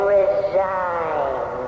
resign